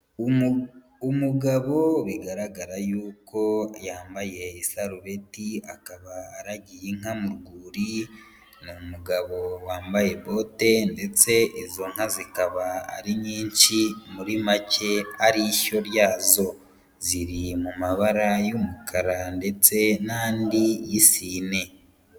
Umugabo bigaragara yuko yambaye isarubeti, akaba aragiye inka mu rwuri, ni mugabo wambaye bote, ndetse izo nka zikaba ari nyinshi, muri make ari ishyo ryazo, ziri mu mabara y'umukara ndetse n'andi y'isine.